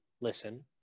listen